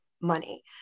money